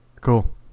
Cool